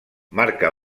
marca